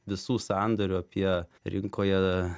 visų sandorių apie rinkoje